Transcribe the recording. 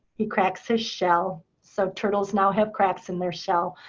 he cracks his shell. so turtles now have cracks in their shell.